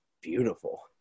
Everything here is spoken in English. beautiful